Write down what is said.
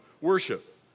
worship